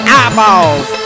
eyeballs